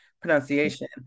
pronunciation